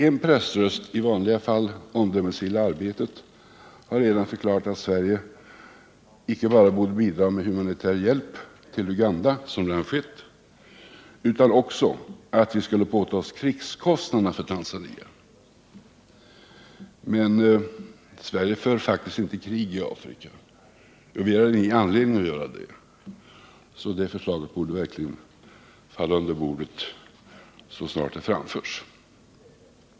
En pressröst, i vanliga fall omdömesgilla Arbetet, har redan förklarat att Sverige inte bara borde bidra med humanitär hjälp till Uganda som redan skett, utan också att vi skulle påta oss krigskostnaderna för Tanzania. Men Sverige för faktiskt inte krig i Afrika, och vi har ingen anledning att göra det varför det förslaget verkligen borde falla under bordet så snart det framförs.